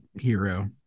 hero